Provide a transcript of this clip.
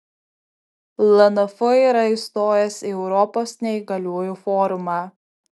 lnf yra įstojęs į europos neįgaliųjų forumą